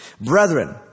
Brethren